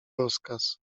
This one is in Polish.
rozkaz